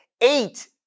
eight